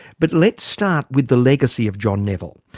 but let's start with the legacy of john nevile.